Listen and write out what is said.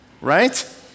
right